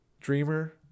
Dreamer